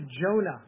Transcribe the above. Jonah